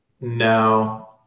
No